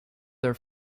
their